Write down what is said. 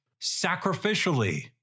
sacrificially